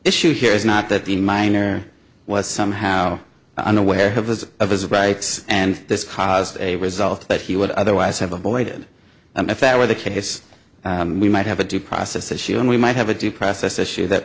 issue here is not that the minor was somehow unaware of the of his rights and this caused a result that he would otherwise have avoided and if that were the case we might have a due process issue and we might have a due process issue that